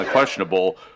Questionable